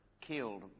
killed